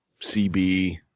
CB